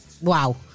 Wow